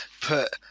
put